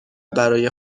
برای